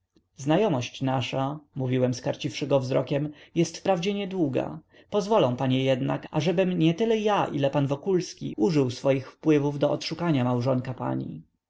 znajomość nasza mówiłem skarciwszy go wzrokiem jest wprawdzie niedługa pozwolą panie jednak ażebym nietyle ja ile pan wokulski użył swoich wpływów do odszukania małżonka pani